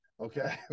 Okay